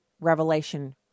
Revelation